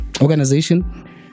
organization